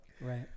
Right